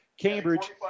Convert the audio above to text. Cambridge